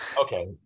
Okay